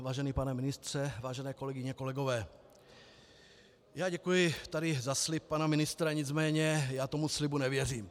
Vážený pane ministře, vážené kolegyně, kolegové, děkuji za slib pana ministra, nicméně já tomu slibu nevěřím.